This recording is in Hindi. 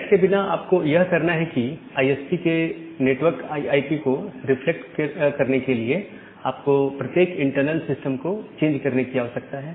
नैट के बिना आपको यह करना है कि आईएसपी के नेटवर्क आईपी को रिफ्लेक्ट करने के लिए आपको प्रत्येक इंटरनल सिस्टम एड्रेस को चेंज करने की आवश्यकता है